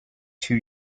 two